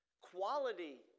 quality